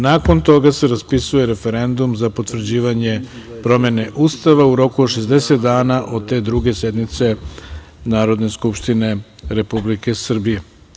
Nakon toga se raspisuje referendum za potvrđivanje promene Ustava u roku od 60 dana od te druge sednice Narodne skupštine Republike Srbije.